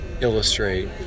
illustrate